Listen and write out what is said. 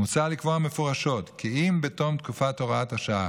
מוצע לקבוע מפורשות כי אם בתום תקופת הוראת השעה